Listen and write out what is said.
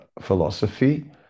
philosophy